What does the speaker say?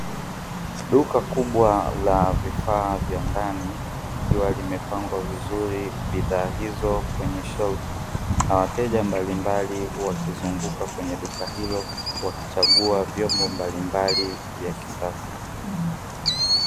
Duka kubwa la vifaa vya ndani, likiwa limepangwa vizuri bidhaa kwenye shelfu na wateja mbalimbali, wakizunguka kwenye duka hilo wakichagua vyombo mbalimbali vya kisasa.